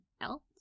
else